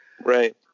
Right